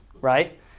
right